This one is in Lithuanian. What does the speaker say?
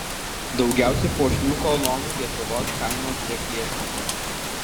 daugiausia puošnių kolonų lietuvos kaimo prieklėčiuose